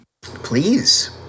Please